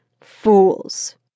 Fools